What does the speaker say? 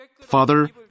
Father